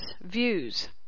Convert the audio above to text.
views